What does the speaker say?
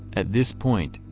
at this point,